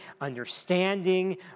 understanding